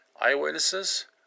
eyewitnesses